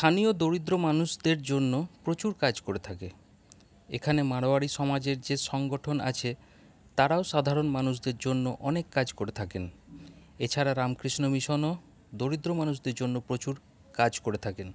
স্থানীয় দরিদ্র মানুষদের জন্য প্রচুর কাজ করে থাকে এখানে মাড়োয়ারি সমাজের যে সংগঠন আছে তারাও সাধারণ মানুষদের জন্য অনেক কাজ করে থাকেন এছাড়া রামকৃষ্ণ মিশনও দরিদ্র মানুষদের জন্য প্রচুর কাজ করে থাকেন